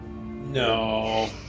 No